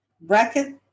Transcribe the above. Bracket